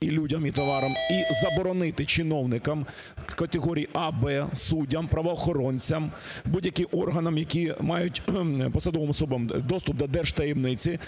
і людям, і товарам. І заборонити чиновникам категорій А, Б, суддям, правоохоронцям, будь-яким органам, які мають… посадовим особам доступ до держтаємниці,